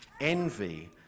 envy